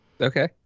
Okay